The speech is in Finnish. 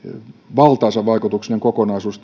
valtaisavaikutuksinen kokonaisuus